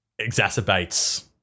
exacerbates